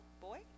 boy